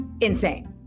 insane